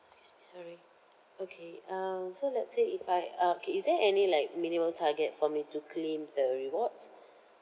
excuse me sorry okay uh so let's say if I uh okay is there any like minimum target for me to claim the rewards